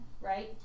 right